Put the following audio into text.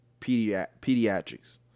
Pediatrics